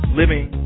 living